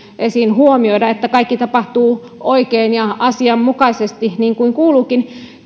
esiin huomioimaan että kaikki tapahtuu oikein ja asianmukaisesti niin kuin kuuluukin